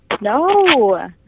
no